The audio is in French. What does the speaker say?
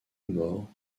mort